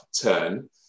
turn